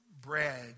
bread